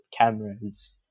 cameras